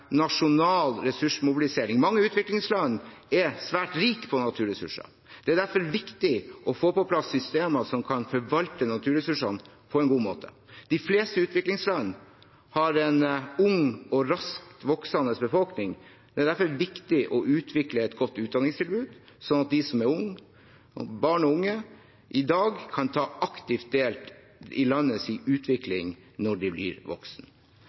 nasjonal ressursmobilisering. Mange utviklingsland er svært rike på naturressurser. Det er derfor viktig å få på plass systemer som kan forvalte naturressursene på en god måte. De fleste utviklingsland har en ung og raskt voksende befolkning. Derfor er det viktig å utvikle et godt utdanningstilbud, slik at de som er barn og unge i dag, kan ta aktivt del i landets utvikling når de blir